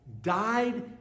died